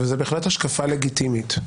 וזו בהחלט השקפה לגיטימית.